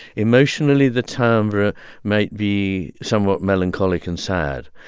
emotionally, the timbre might be somewhat melancholic and sad.